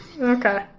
Okay